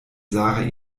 sarah